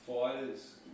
fighters